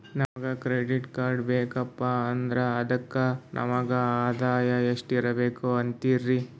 ನಮಗ credit card ಬೇಕಪ್ಪ ಅಂದ್ರ ಅದಕ್ಕ ನಮಗ ಆದಾಯ ಎಷ್ಟಿರಬಕು ಅಂತೀರಿ?